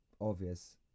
obvious